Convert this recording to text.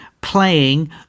playing